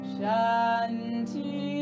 Shanti